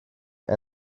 and